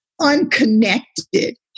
unconnected